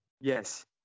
Yes